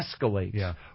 escalates